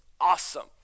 awesome